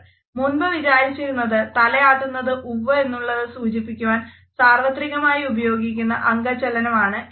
മുൻപ് വിചാരിച്ചിരുന്നത് തല ആട്ടുന്നത് ഉവ്വ് എന്നുള്ളത് സൂചിപ്പിക്കുവാൻ സാർവത്രികമായി ഉപയോഗിക്കുന്ന അംഗചലനമാണ് എന്നാണ്